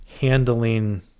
handling